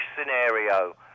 scenario